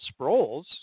Sproles